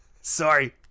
Sorry